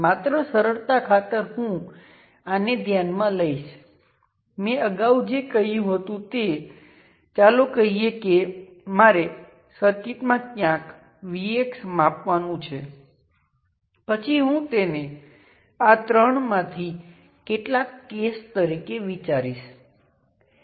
જો તમારી પાસે ટર્મિનલની જોડી હોય તો તમારે ફક્ત ટર્મિનલની જોડીમાં લાગુ વોલ્ટેજ અને ટર્મિનલ્સમાંથી વહેતા કરંટ વચ્ચેનો રેશિયો જાણવાની જરૂર છે